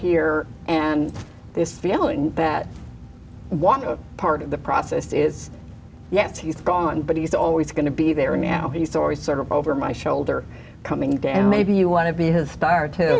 here and this feeling that one part of the process is yes he's gone but he's always going to be there now he story sort of over my shoulder coming down maybe you want to be his star t